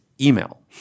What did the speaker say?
email